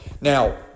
Now